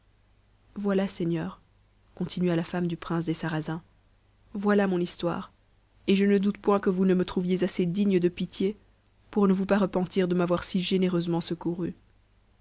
seigneur continua la femme du prince des sarrasins voilà mon histoire et je ne doute point que vous ne me trouviez assez digne de pitié pour ne vous pas repentir de m'avoir si généreusement secourue